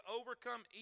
overcome